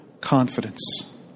confidence